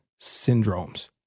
syndromes